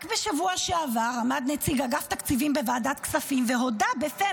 רק בשבוע שעבר עמד נציג אגף התקציבים בוועדת הכספים והודה בפה